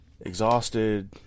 exhausted